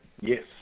Yes